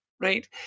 right